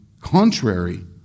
contrary